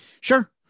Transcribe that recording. sure